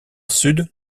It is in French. sud